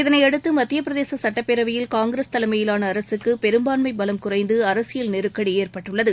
இதனையடுத்து மத்திய பிரதேச சுட்டப்பேரவையில் காங்கிரஸ் தலைமையிலான அரசுக்கு பெரும்பான்மை பலம் குறைந்து அரசியல் நெருக்கூடி ஏற்பட்டுள்ளது